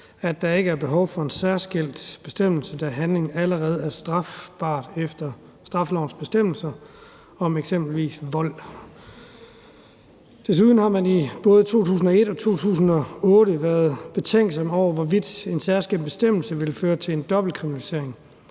at der ikke er behov for en særskilt bestemmelse, da handlingen allerede er strafbar efter straffelovens bestemmelser om eksempelvis vold. Desuden har man i både 2001 og 2008 været betænkelige ved, hvorvidt en særskilt bestemmelse ville føre til en dobbeltkriminalisering,